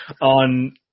on